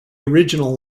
original